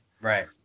right